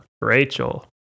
Rachel